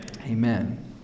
amen